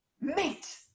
mate